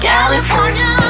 California